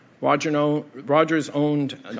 Rogers-owned